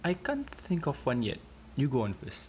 I can't think of one yet you go on first